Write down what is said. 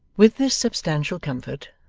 with this substantial comfort,